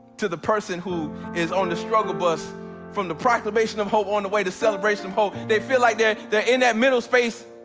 to the person who is on the struggle bus from the proclamation of hope on the way to celebrate some hope. they feel like they're there in that middle space,